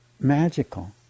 magical